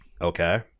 Okay